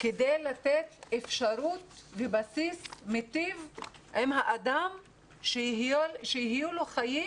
כדי לתת אפשרות ובסיס מטיב עם האדם שיהיו לו חיים